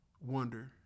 wonder